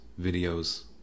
videos